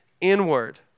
inward